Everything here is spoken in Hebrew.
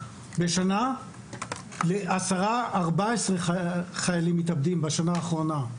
ל-10 - 14 חיילים מתאבדים בשנה האחרונה.